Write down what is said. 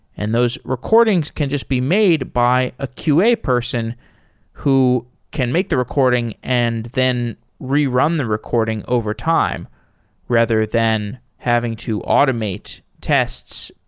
and those recordings can just be made by a qa person who can make the recording and then rerun the recording overtime rather than having to automate tests,